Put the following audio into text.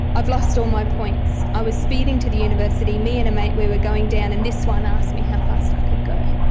i've lost all my points. i was speeding to the university. me and a mate, we were going down, and this one asked me how fast i could go.